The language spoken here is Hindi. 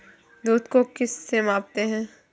दूध को किस से मापते हैं?